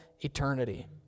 Eternity